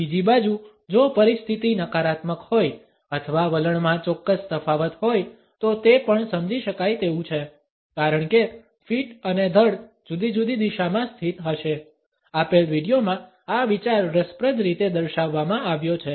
બીજી બાજુ જો પરિસ્થિતિ નકારાત્મક હોય અથવા વલણમાં ચોક્કસ તફાવત હોય તો તે પણ સમજી શકાય તેવું છે કારણ કે ફીટ અને ધડ જુદી જુદી દિશામાં સ્થિત હશે આપેલ વિડીયોમાં આ વિચાર રસપ્રદ રીતે દર્શાવવામાં આવ્યો છે